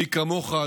מי כמוך,